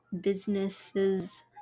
businesses